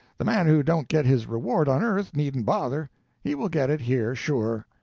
the man who don't get his reward on earth, needn't bother he will get it here, sure.